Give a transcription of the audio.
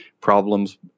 problems